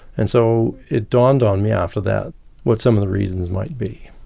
and so it dawned on me after that what some of the reasons might be.